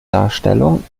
darstellung